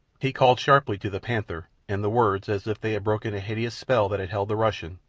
he called sharply to the panther, and the words, as if they had broken a hideous spell that had held the russian,